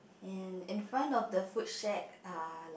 and in front of the fruit shake are